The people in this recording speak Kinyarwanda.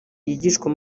yigishwa